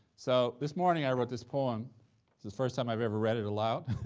so this morning i wrote this poem it's the first time i've ever read it aloud,